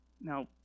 Now